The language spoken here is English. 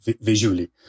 visually